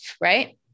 right